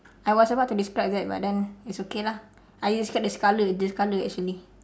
I was about to describe that but then it's okay lah I describe the colour the colour actually